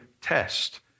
test